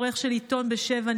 העורך של עיתון בשבע,